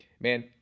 man